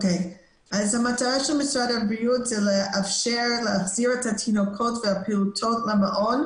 המטרה של משרד הבריאות זה לאפשר להחזיר את התינוקות והפעוטות למעון,